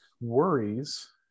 worries